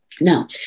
Now